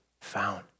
found